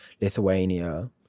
lithuania